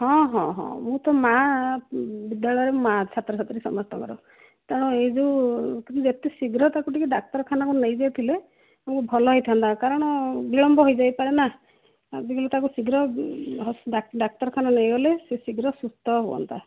ହଁ ହଁ ହଁ ମୁଁ ତ ମା ବିଦ୍ୟାଳୟର ମା ଛାତ୍ର ଛାତ୍ରୀ ସମସ୍ତଙ୍କର ତେଣୁ ଏ ଯେଉଁ ଯେତେ ଶୀଘ୍ର ତାକୁ ଟିକେ ଡାକ୍ତରଖାନାକୁ ନେଇଯାଇଥିଲେ ଟିକେ ଭଲ ହେଇଥାନ୍ତା କାରଣ ବିଳମ୍ବ ହେଇ ଯାଇପାରେ ନା ଆଉ ତାକୁ ଯେତେ ଶୀଘ୍ର ଡାକ୍ତରଖାନା ନେଇଗଲେ ସେ ଶୀଘ୍ର ସୁସ୍ଥ ହୁଅନ୍ତା